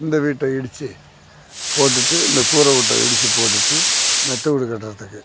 இந்த வீட்டை இடிச்சு போட்டுட்டு இந்த கூரவீட்ட இடிச்சு போட்டுட்டு மெத்த வீடு கட்டுறதுக்கு